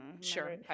Sure